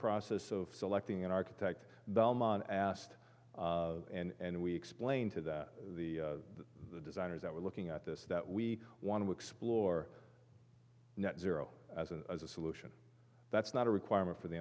process of selecting an architect delmon asked and we explained to the the the designers that we're looking at this that we want to explore net zero as a solution that's not a requirement for the